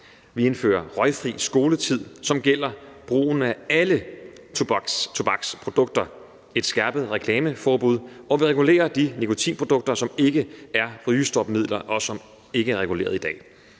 Vi indfører røgfri skoletid, som gælder brugen af alle tobaksprodukter, et skærpet reklameforbud, og vi regulerer de nikotinprodukter, som ikke er rygestopmidler, og som ikke er regulerede i dag.